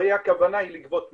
או הכוונה לגבות מס.